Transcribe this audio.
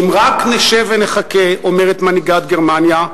אם רק נשב ונחכה, אומרת מנהיגת גרמניה,